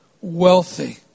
wealthy